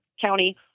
county